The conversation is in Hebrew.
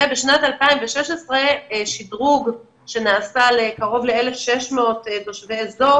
ובשנת 2016 נעשה שדרוג לקרוב ל-1,600 תושבי האזור